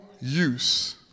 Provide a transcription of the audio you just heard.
use